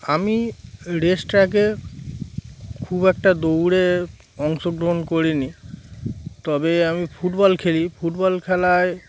আমি রেস ট্র্যাকে খুব একটা দৌড়ে অংশগ্রহণ করিনি তবে আমি ফুটবল খেলি ফুটবল খেলায়